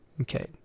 Okay